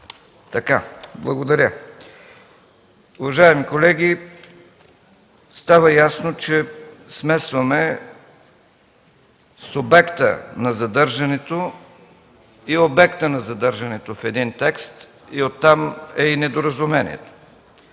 (ДПС): Благодаря. Уважаеми колеги, става ясно, че смесваме субекта на задържането и обекта на задържането в един текст – оттам е и недоразумението.